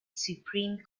supreme